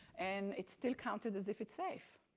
and it's still counted as if it's safe.